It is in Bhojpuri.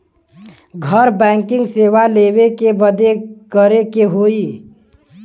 घर बैकिंग सेवा लेवे बदे का करे के होई?